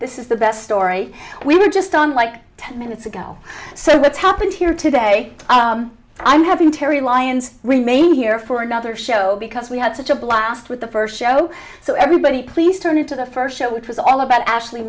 this is the best story we were just on like ten minutes ago so what's happened here today i'm having terry lyons remain here for another show because we had such a blast with the first show so everybody please turn into the first show it was all about a